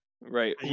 Right